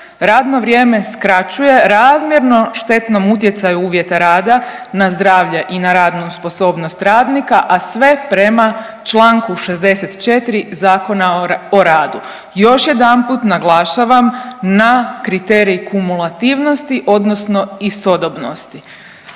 radno vrijeme skraćuje razmjerno štetnom utjecaju uvjeta rada na zdravlje i na radnu sposobnost radnika, a sve prema čl. 64. ZOR-a, još jedanput naglašavam na kriterij kumulativnosti odnosno istodobnosti.